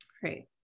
great